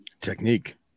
technique